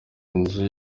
inzu